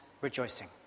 rejoicing